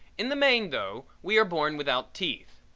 in the main, though, we are born without teeth.